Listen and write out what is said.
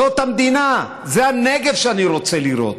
זאת המדינה, זה הנגב שאני רוצה לראות,